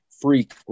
freak